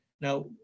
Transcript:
Now